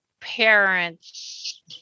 parents